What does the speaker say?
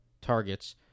targets